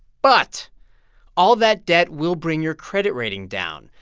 but all that debt will bring your credit rating down,